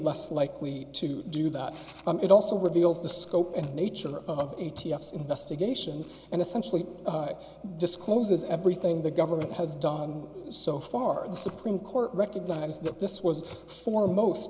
less likely to do that it also reveals the scope and nature of a t s investigation and essentially discloses everything the government has done so far the supreme court recognize that this was for most